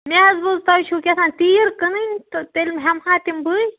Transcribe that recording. مےٛ حظ بوٗز تۅہہِ چھِو کیٛاہتانۍ تیٖرۍ کٕنٕنۍ تہٕ تیٚلہِ ہٮ۪مہٕ ہا تِم بٕے